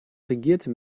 regierte